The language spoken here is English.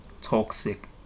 Toxic